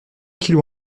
kilo